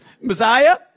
Messiah